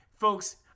Folks